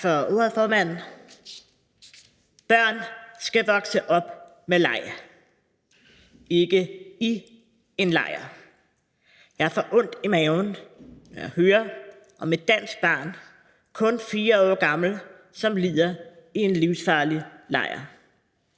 Tak for ordet, formand. Børn skal vokse op med leg, ikke i en lejr. Jeg får ondt i maven, når jeg hører om et dansk barn, kun 4 år gammel, som lider i en livsfarlig lejr.